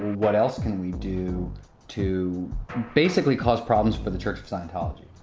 what else can we do to basically cause problems for the church of scientology?